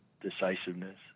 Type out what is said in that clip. decisiveness